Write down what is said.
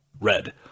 Red